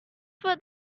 for